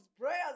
prayers